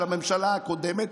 של הממשלה הקודמת,